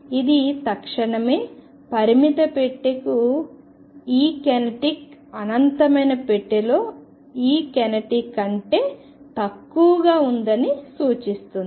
ఇది తక్షణమే పరిమిత పెట్టెకు Ekinetic అనంతమైన పెట్టె లో Ekinetic కంటే తక్కువగా ఉందని సూచిస్తుంది